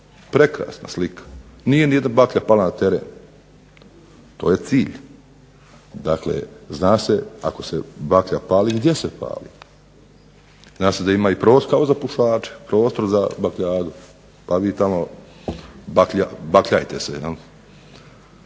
Prekrasna slika, nije nijedna baklja pala na teren. To je cilj. Dakle, zna se ako se baklja pali gdje se pali. Zna se da ima i prostor, kao za pušače, prostor za bakljadu pa vi tamo bakljajte se